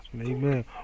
Amen